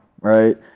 right